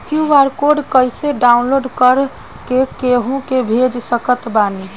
QR code कइसे download कर के केहु के भेज सकत बानी?